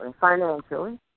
financially